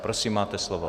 Prosím máte slovo.